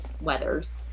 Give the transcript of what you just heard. weathers